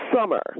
summer